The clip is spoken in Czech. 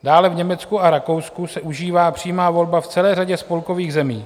Dále v Německu a Rakousku se užívá přímá volba v celé řadě spolkových zemí.